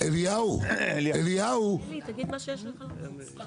ד"ש